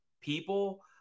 people